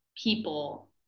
people